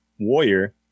warrior